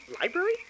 library